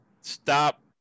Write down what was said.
stop